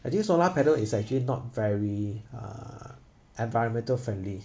I think solar panel is actually not very uh environmental friendly